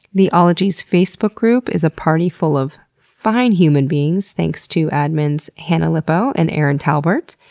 the ologies facebook group is a party full of fine human beings, thanks to admins hannah lippow and erin talbert.